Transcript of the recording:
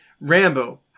Rambo